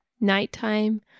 nighttime